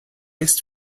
ist